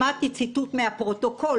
שמעתי ציטוט מהפרוטוקול,